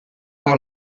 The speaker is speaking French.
par